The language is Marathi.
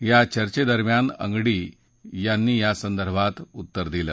या चर्चेदरम्यान अंगडी यांनी यासंदर्भात उत्तर दिलं